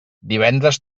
divendres